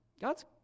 God's